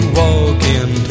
walking